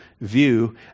view